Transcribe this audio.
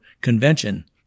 convention